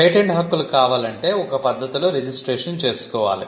patent హక్కులు కావాలంటే ఒక పద్ధతిలో రిజిస్ట్రేషన్ చేసుకోవాలి